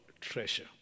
treasure